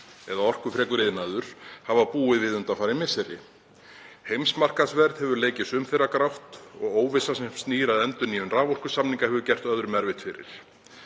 eða orkufrekur iðnaður hafa búið við undanfarin misseri. Heimsmarkaðsverð hefur leikið sum þeirra grátt og óvissa sem snýr að endurnýjun raforkusamninga hefur gert öðrum erfitt fyrir.